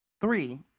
three